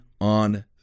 on